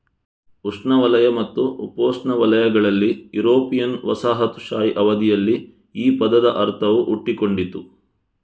ಉಷ್ಣವಲಯ ಮತ್ತು ಉಪೋಷ್ಣವಲಯಗಳಲ್ಲಿ ಯುರೋಪಿಯನ್ ವಸಾಹತುಶಾಹಿ ಅವಧಿಯಲ್ಲಿ ಈ ಪದದ ಅರ್ಥವು ಹುಟ್ಟಿಕೊಂಡಿತು